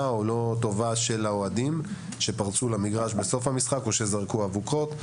או לא טובה של האוהדים שפרצו למגרש בסוף המגרש או שזרקו אבוקות.